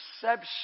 perception